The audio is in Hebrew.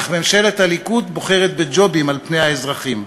אך ממשלת הליכוד בוחרת בג'ובים על פני האזרחים.